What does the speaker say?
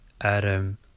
Adam